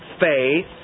faith